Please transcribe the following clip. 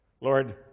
Lord